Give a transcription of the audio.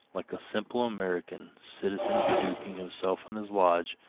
like a simple american citizen beduking himself in his lodge,